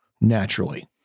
naturally